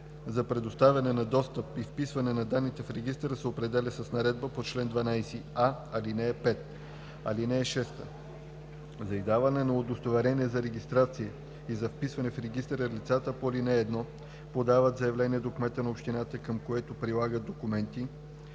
за предоставяне на достъп и вписване на данните в регистъра се определя с наредбата по чл. 12а, ал. 5. (6) За издаване на удостоверение за регистрация и за вписване в регистъра лицата по ал. 1 подават заявление до кмета на общината, към което прилагат документите,